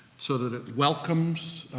so that it welcomes,